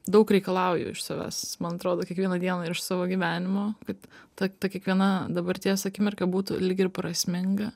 daug reikalauju iš savęs man atrodo kiekvieną dieną ir iš savo gyvenimo kad ta ta kiekviena dabarties akimirka būtų lyg ir prasminga